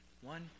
one